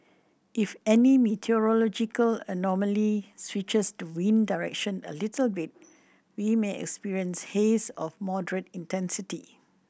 if any meteorological anomaly switches the wind direction a little bit we may experience haze of moderate intensity